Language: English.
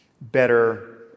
better